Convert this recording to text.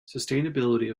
sustainability